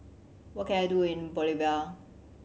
what can I do in Bolivia